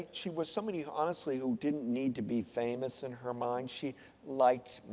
she was somebody, honestly who didn't need to be famous in her mind. she liked,